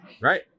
Right